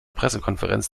pressekonferenz